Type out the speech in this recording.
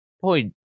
point